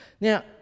now